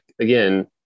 again